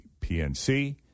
PNC